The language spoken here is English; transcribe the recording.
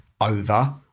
over